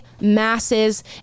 masses